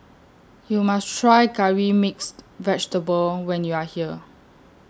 YOU must Try Curry Mixed Vegetable when YOU Are here